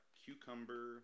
cucumber